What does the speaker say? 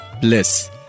bliss